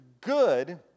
good